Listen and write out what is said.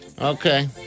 Okay